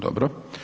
Dobro.